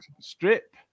Strip